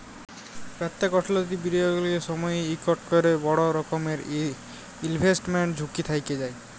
প্যত্তেক অথ্থলৈতিক বিলিয়গের সময়ই ইকট ক্যরে বড় রকমের ইলভেস্টমেল্ট ঝুঁকি থ্যাইকে যায়